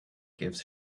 gives